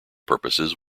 purposes